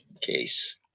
Case